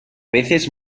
veces